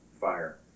fire